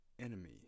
enemy